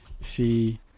see